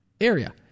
area